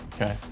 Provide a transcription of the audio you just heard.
Okay